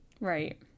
Right